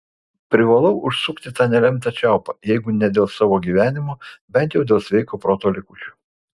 privalau užsukti tą nelemtą čiaupą jeigu ne dėl savo gyvenimo bent jau dėl sveiko proto likučių